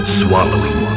swallowing